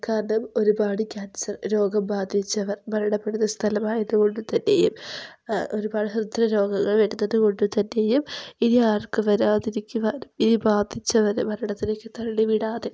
കാരണം ഒരുപാട് കാൻസർ രോഗം ബാധിച്ചവർ മരണപ്പെടുന്ന സ്ഥലമായതുകൊണ്ട് തന്നേയും ഒരുപാട് ഹൃദ്രോഗങ്ങൾ വരുന്നതുകൊണ്ട് തന്നേയും ഇനിയാർക്കും വരാതിരിക്കുവാൻ ഈ ബാധിച്ചവരെ മരണത്തിലേക്ക് തള്ളി വിടാതെ